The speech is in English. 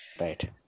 Right